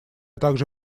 также